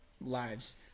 lives